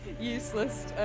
useless